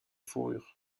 fourrures